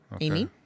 Amy